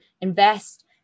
invest